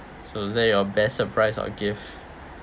so was that your best surprise or gift